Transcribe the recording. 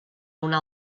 una